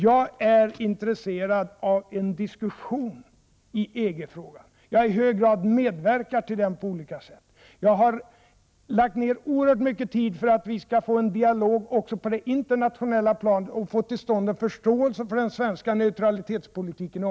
Jag är intresserad av en diskussion i EG-frågan, och jag har i hög grad medverkat till den diskussionen på olika sätt. Jag har lagt ned oerhört mycket tid för att vi skall få till stånd en dialog också på det internationella planet och för att vi i omvärlden skall få en förståelse för den svenska neutralitetspolitiken.